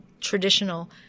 traditional –